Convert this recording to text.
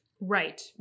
Right